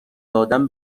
دادن